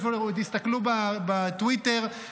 או תסתכלו בטוויטר.